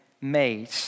made